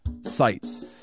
sites